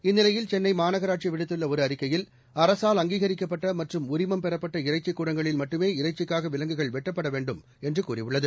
இந்நிலையில் சென்னை மாநகராட்சி விடுத்துள்ள ஒரு அறிக்கையில் அரசால் அங்கீகரிக்கப்பட்ட மற்றும் உரிமம் பெறப்பட்ட இறைச்சிக் கூடங்களில் மட்டுமே இறைச்சிக்காக விலங்குகள் வெட்டப்பட வேண்டும் என்று கூறியுள்ளது